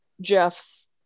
jeff's